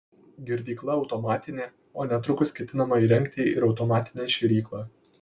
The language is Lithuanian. girdykla automatinė o netrukus ketinama įrengti ir automatinę šėryklą